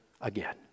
again